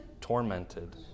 Tormented